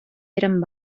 eren